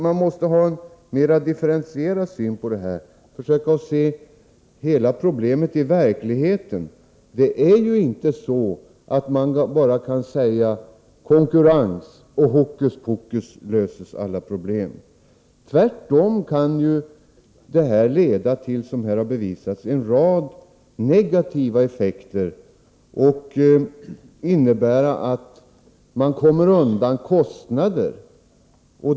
Man måste ha en mera differentierad syn på detta och försöka se hela problemet i verkligheten. Det är inte så att man bara kan säga ”konkurrens”, och hokuspokus löses alla problem. Tvärtom kan detta leda till, som här har bevisats, en rad negativa effekter och till att man kommer undan kostnader.